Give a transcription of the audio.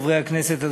חברי הכנסת,